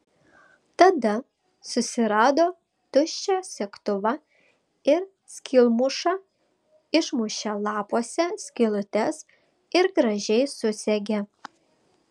tada susirado tuščią segtuvą ir skylmušą išmušė lapuose skylutes ir gražiai susegė